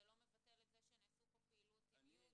לא מבטל את זה שנעשתה פה פעילות עם י',